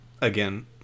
Again